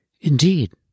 Indeed